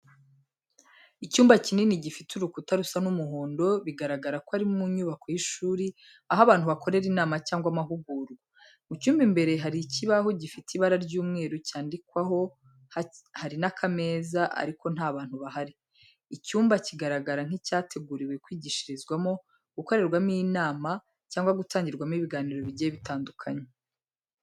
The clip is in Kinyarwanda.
Icyumba kinini gifite urukuta rusa n'umuhondo, bigaragara ko ari mu nyubako y’ishuri, aho abantu bakorera inama cyangwa amahugurwa. Mu cyumba imbere hari ikibaho gifite ibara ry’umweru cyandikwaho, hari n’akameza, ariko nta bantu bahari. Icyumba kigaragara nk’icyateguriwe kwigishirizwamo, gukorerwamo inama cyangwa gutangirwamo ibiganiro bigiye bitandukanye.